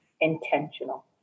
intentional